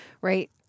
right